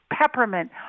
peppermint